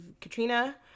Katrina